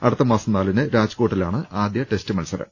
അടുത്തമാസം നാലിന് രാജ്കോട്ടിലാണ് ആദ്യ ടെസ്റ്റ് മത്സരം